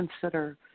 consider